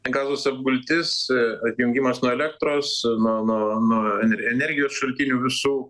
gazos apgultis atjungimas nuo elektros nuo nuo nuo ener energijos šaltinių visų